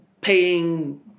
paying